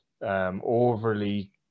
overly